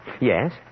Yes